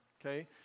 okay